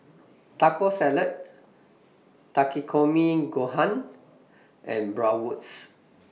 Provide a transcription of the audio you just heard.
Taco Salad Takikomi Gohan and Bratwurst